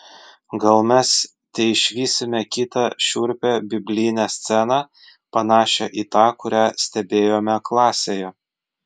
gal mes teišvysime kitą šiurpią biblinę sceną panašią į tą kurią stebėjome klasėje